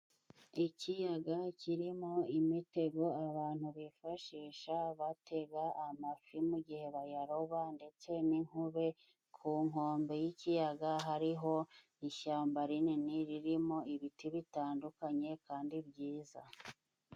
Ikiyaga kirimo imitego abantu bifashisha batega amafi, mu gihe bayaroba ndetse n'inkube ku nkombe y'ikiyaga, hariho ishyamba rinini ririmo ibiti bitandukanye kandi byiza.